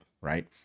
Right